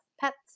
Pets